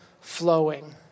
flowing